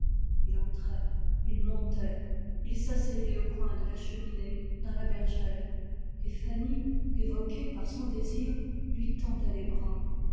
il entrait il montait il s'asseyait au coin de la cheminée dans la bergère et fanny évoquée par son désir lui tendait les bras